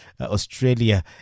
Australia